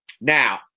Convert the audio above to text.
Now